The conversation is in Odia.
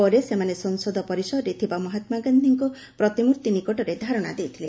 ପରେ ସେମାନେ ସଂସଦ ପରିସରରେ ଥିବା ମହାତ୍ମାଗାନ୍ଧୀଙ୍କ ପ୍ରତିମୂର୍ତୀ ନିକଟରେ ଧାରଣା ଦେଇଥିଲେ